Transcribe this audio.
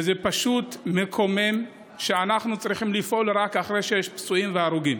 וזה פשוט מקומם שאנחנו צריכים לפעול רק אחרי שיש פצועים והרוגים.